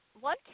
one